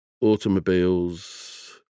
automobiles